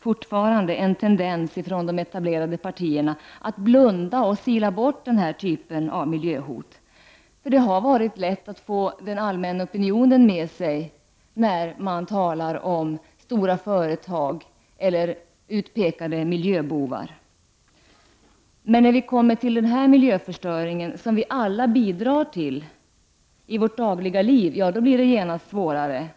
fortfarande, en tendens från de etablerade partierna att blunda och sila bort den här typen av miljöhot. Det har varit lätt att få den allmänna opinionen med sig när man talar om stora företag eller utpekade miljöbovar. Men när vi kommer till den miljöförstöring som vi alla bidrar till i vårt dagliga liv blir det genast svårare.